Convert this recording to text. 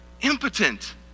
impotent